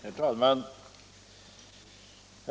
Herr talman!